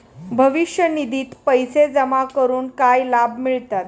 भविष्य निधित पैसे जमा करून काय लाभ मिळतात?